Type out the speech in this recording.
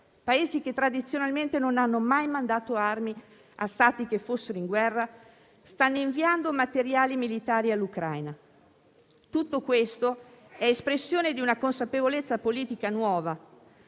Paesi che tradizionalmente non hanno mai mandato armi a Stati che fossero in guerra, stanno inviando materiali militari all'Ucraina. Tutto questo è espressione di una consapevolezza politica nuova.